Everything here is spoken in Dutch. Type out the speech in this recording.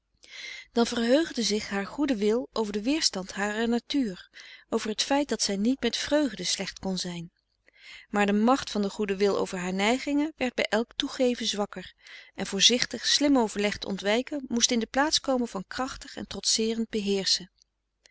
dan verheugde zich haar goede wil over den weerstand harer natuur over het feit dat zij niet met vreugde slecht kon zijn maar de macht van den goeden wil over haar neigingen werd bij elk toegeven zwakker en voorzichtig slim overlegd ontwijken moest in de plaats komen van krachtig en trotseerend beheerschen